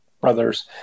brothers